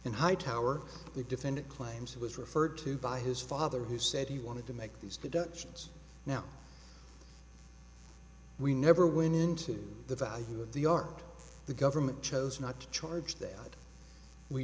and hightower the defendant claims it was referred to by his father who said he wanted to make these deductions now we never win into the value of the art the government chose not to charge that we